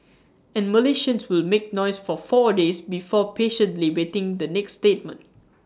and Malaysians will make noise for four days before patiently waiting the next statement